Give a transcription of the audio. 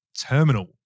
terminal